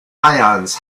ions